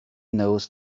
knows